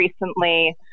recently